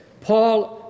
Paul